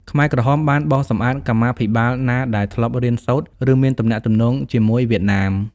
ខ្មែរក្រហមបានបោសសម្អាតកម្មាភិបាលណាដែលធ្លាប់រៀនសូត្រ ឬមានទំនាក់ទំនងជាមួយវៀតណាម។